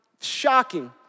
shocking